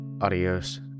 adios